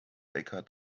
eckhart